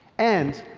and,